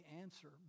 answer